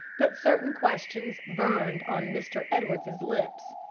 but certain questions burned on mr. edwards's lips.